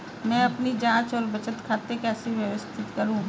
मैं अपनी जांच और बचत खाते कैसे व्यवस्थित करूँ?